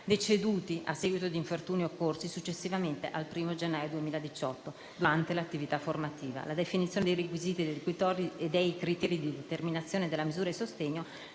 deceduti a seguito di infortuni occorsi, successivamente al 1° gennaio 2018, durante le attività formative. La definizione dei requisiti e dei criteri di determinazione della misura di sostegno,